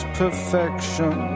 perfection